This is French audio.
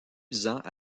visant